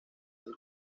del